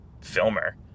filmer